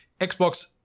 Xbox